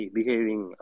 behaving